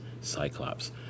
Cyclops